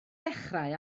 dechrau